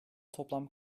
toplam